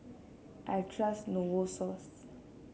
I trust Novosource